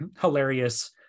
hilarious